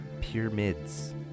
Pyramids